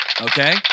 Okay